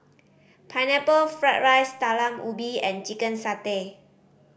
Pineapple Fried rice Talam Ubi and chicken satay